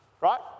right